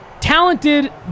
talented